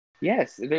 Yes